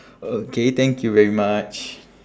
okay thank you very much